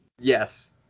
Yes